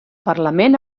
parlament